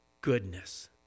goodness